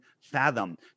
fathom